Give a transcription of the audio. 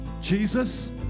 Jesus